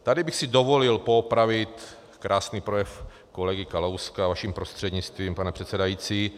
Tady bych si dovolil poopravit krásný projev kolegy Kalouska, vaším prostřednictvím, pane předsedající.